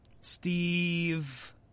Steve